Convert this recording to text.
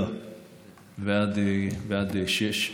מלידה ועד גיל שש,